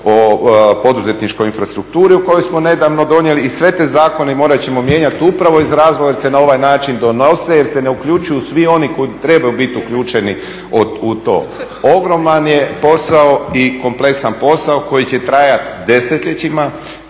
o poduzetničkoj infrastrukturi koji smo nedavno donijeli i sve te zakone morat ćemo mijenjati upravo iz razloga jer se na ovaj način donose jer se ne uključuju svi oni koji trebaju biti uključeni u to. Ogroman je posao i kompleksan posao koji će trajati desetljećima